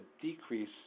decrease